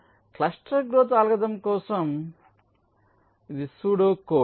కాబట్టి cluster growth algorithm కోసం ఇది సూడో కోడ్